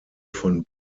von